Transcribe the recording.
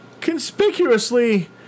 Conspicuously